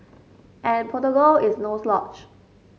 and Portugal is no slouch